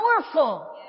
powerful